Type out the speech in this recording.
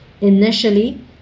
Initially